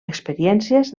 experiències